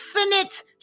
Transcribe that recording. infinite